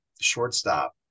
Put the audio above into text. shortstop